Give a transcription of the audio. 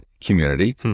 community